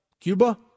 cuba